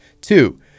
two